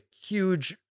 huge